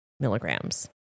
Milligrams